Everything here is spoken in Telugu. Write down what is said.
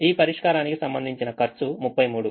ఈ పరిష్కారానికి సంబంధించిన ఖర్చు 33